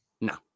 No